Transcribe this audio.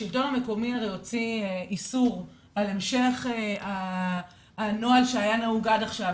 השלטון המקומי הרי הוציא איסור על המשך הנוהל שהיה נהוג עד עכשיו.